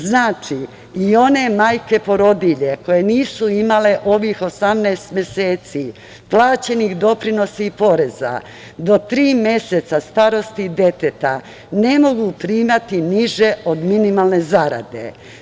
Znači, i one majke porodilje koje nisu imale ovih 18 meseci plaćenih doprinosa i poreza do tri meseca starosti deteta ne mogu primati niže od minimalne zarade.